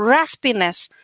raspiness,